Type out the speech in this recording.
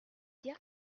dire